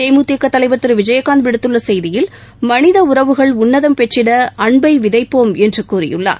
தேமுதிக தலைவர் திரு விஜயகாந்த் விடுத்துள்ள செய்தியில் மனித உறவுகள் உன்னதம் பெற்றிட அன்பை விதைப்போம் என்று கூறியுள்ளார்